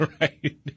right